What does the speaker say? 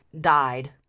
died